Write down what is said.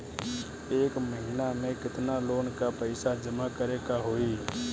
एक महिना मे केतना लोन क पईसा जमा करे क होइ?